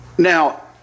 Now